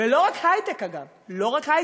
ולא רק היי-טק, אגב, לא רק היי-טק,